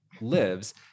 lives